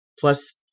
plus